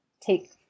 take